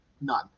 None